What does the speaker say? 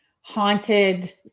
haunted